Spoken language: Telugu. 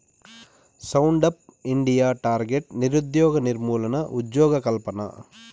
స్టాండ్ అప్ ఇండియా టార్గెట్ నిరుద్యోగ నిర్మూలన, ఉజ్జోగకల్పన